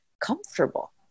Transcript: comfortable